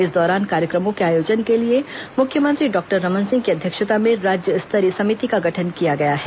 इस दौरान कार्यक्रमों के आयोजन के लिए मुख्यमंत्री डॉक्टर रमन सिंह की अध्यक्षता में राज्य स्तरीय समिति का गठन किया गया है